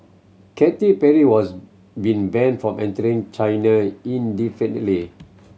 Katy Perry was been banned from entering China indefinitely